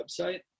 website